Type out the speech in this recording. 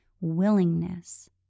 willingness